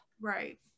Right